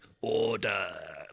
order